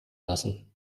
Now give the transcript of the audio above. lassen